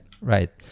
Right